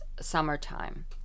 summertime